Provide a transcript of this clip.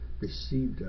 received